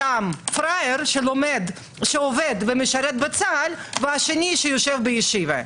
עם פראייר שעובד ומשרת בצה"ל והשני שיושב בישיבה.